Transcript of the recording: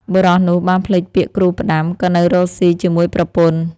បុរសនោះបានភ្លេចពាក្យគ្រូផ្ដាំ ក៏នៅរកស៊ីជាមួយប្រពន្ធ។